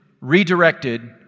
redirected